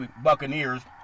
Buccaneers